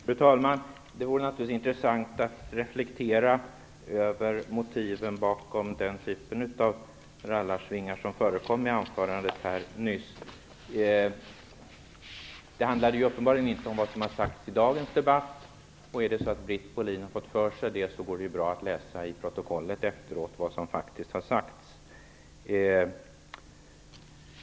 Fru talman! Det vore naturligtvis intressant att reflektera över motiven bakom den typ av rallarsvingar som förekom i anförandet nyss. Det handlade uppenbarligen inte om vad som har sagts i dagens debatt. Har Britt Bohlin fått för sig det, går det bra att läsa i protokollet efteråt vad som faktiskt har sagts.